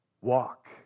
Walk